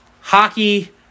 Hockey